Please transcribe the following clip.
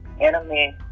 enemy